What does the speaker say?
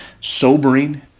Sobering